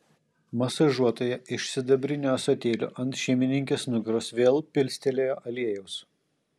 masažuotoja iš sidabrinio ąsotėlio ant šeimininkės nugaros vėl pilstelėjo aliejaus